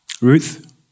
Ruth